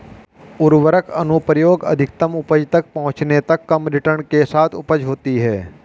उर्वरक अनुप्रयोग अधिकतम उपज तक पहुंचने तक कम रिटर्न के साथ उपज होती है